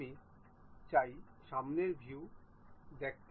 আমি চাই সামনের ভিউ দেখতে